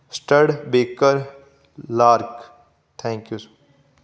stud baker lark thank you